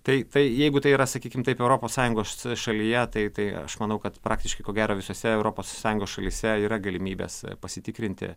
tai tai jeigu tai yra sakykim taip europos sąjungos šalyje tai tai aš manau kad praktiškai ko gero visose europos sąjungos šalyse yra galimybės pasitikrinti